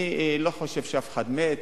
אני לא חושב שמישהו מת.